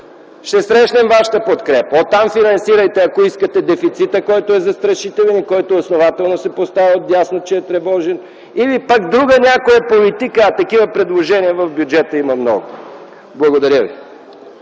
ще срещнем вашата подкрепа. Оттам финансирайте, ако искате, дефицита, който е застрашителен и който основателно се поставя отдясно, че е тревожен или пък друга някоя политика, а такива предложения в бюджета има много. Благодаря ви.